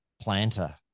planter